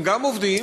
הם גם עובדים,